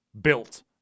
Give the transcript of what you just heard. built